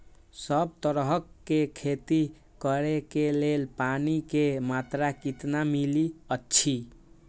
सब तरहक के खेती करे के लेल पानी के मात्रा कितना मिली अछि?